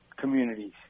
communities